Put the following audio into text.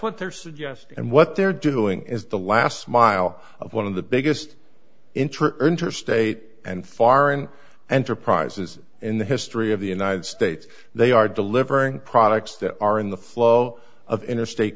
what they're suggesting and what they're doing is the last mile of one of the biggest interstate and foreign enterprises in the history of the united states they are delivering products that are in the flow of interstate